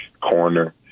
corner